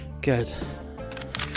Good